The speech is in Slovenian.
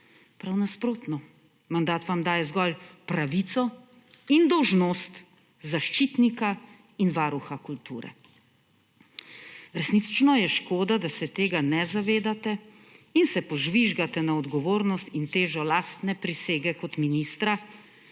Prav nasprotno! Mandat vam daje zgolj pravico in dolžnost zaščitnika in varuha kulture. Resnično je škoda, da se tega ne zavedate in se požvižgate na odgovornost in težo lastne prisege kot ministra.